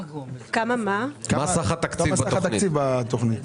מה סך התקציב בתכנית?